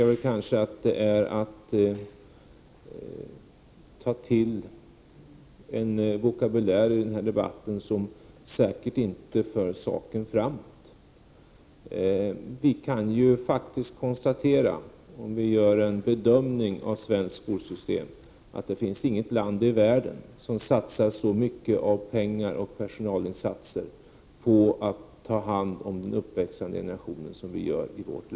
Jag tycker kanske att det är att ta till en vokabulär i denna debatt som säkert inte för saken framåt. Vi kan, om vi gör en bedömning av svenskt skolsystem, faktiskt konstatera att det inte finns något annat land i världen som satsar så mycket av pengar och personalinsatser på att ta hand om den uppväxande generationen.